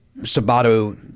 Sabato